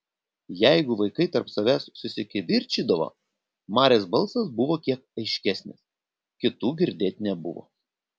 jeigu vaikai tarp savęs susikivirčydavo marės balsas buvo kiek aiškesnis kitų girdėt nebuvo